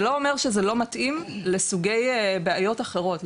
זה לא אומר שזה לא מתאים לסוגי בעיות אחרות,